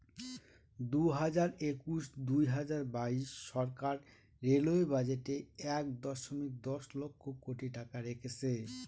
দুই হাজার একুশ দুই হাজার বাইশ সরকার রেলওয়ে বাজেটে এক দশমিক দশ লক্ষ কোটি টাকা রেখেছে